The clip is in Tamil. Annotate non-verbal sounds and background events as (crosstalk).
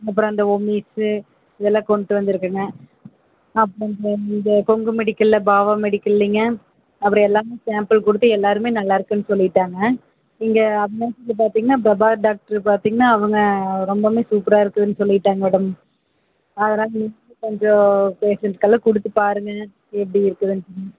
அப்புறம் இந்த ஒமேஸ் இதெல்லாம் கொண்டு வந்திருக்கேங்க அப்புறம் இந்த இந்த கொங்கு மெடிக்கலில் பாவா மெடிக்கல்லேங்க அப்புறம் எல்லாமே சாம்பிள் கொடுத்து எல்லாேருமே நல்லாயிருக்குன்னு சொல்லிவிட்டாங்க இங்கே (unintelligible) பார்த்தீங்கன்னா பிரபாகர் டாக்டரு பார்த்தீங்கன்னா அவங்க ரொம்பவுமே சூப்பராக இருக்குதுன்னு சொல்லிவிட்டாங்க மேடம் அதனால் நீங்களும் கொஞ்சம் பேஷண்ட்டுக்கெல்லாம் கொடுத்து பாருங்க எப்படி இருக்குதுன்னு